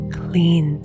clean